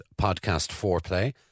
podcastforeplay